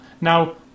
Now